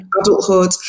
adulthood